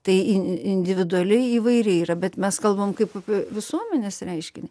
tai individualiai įvairiai yra bet mes kalbame kaip apie visuomenės reiškinį